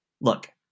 look